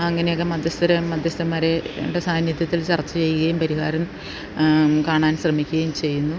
അങ്ങനെ ഒക്കെ മധ്യസ്ഥർ മധ്യസ്ഥന്മാരുടെ സാന്നിധ്യത്തിൽ ചർച്ച ചെയ്യുകേം പരിഹാരം കാണാൻ ശ്രമിക്കുകേം ചെയ്യുന്നു